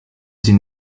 sie